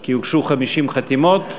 כי הוגשו 50 חתימות.